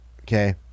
Okay